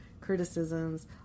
criticisms